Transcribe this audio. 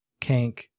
Kank